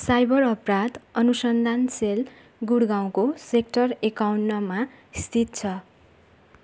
cyber अपराध अनुसन्धान cell गुडगाउँको सेक्टर एकाउन्नमा स्थित छ